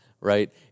right